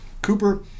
Cooper